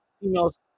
Females